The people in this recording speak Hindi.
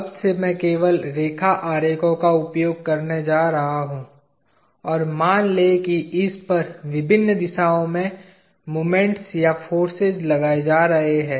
अब से मैं केवल रेखा आरेखों का उपयोग करने जा रहा हूँ और मान लें कि इस पर विभिन्न दिशाओं में मोमेंट्स या फोर्सेज लगाए जा रहे है